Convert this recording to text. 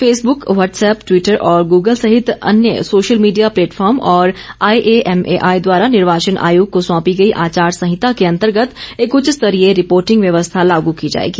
Facebook WhatsApp Twitter और Google सहित अन्य सोशल मीडिया प्लेटफॉर्म और आईएएमएआई द्वारा निर्वाचन आयोग को सौंपी गई आचार संहिता के अंतर्गत एक उच्च स्तरीय रिपोर्टिंग व्यवस्था लागू की जाएगी